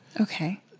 okay